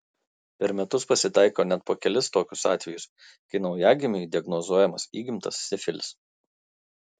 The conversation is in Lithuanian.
per metus pasitaiko net po kelis tokius atvejus kai naujagimiui diagnozuojamas įgimtas sifilis